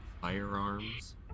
firearms